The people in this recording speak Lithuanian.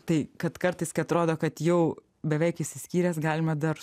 tai kad kartais kai atrodo kad jau beveik išsiskyręs galima dar